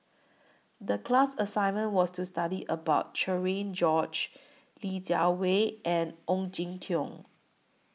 The class assignment was to study about Cherian George Li Jiawei and Ong Jin Teong